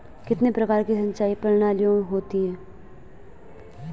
कितने प्रकार की सिंचाई प्रणालियों होती हैं?